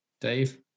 Dave